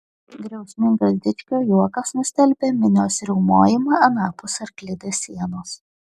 griausmingas dičkio juokas nustelbė minios riaumojimą anapus arklidės sienos